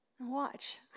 Watch